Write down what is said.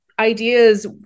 ideas